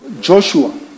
Joshua